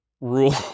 rule